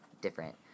different